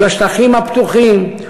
מול השטחים הפתוחים,